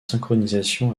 synchronisation